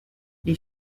les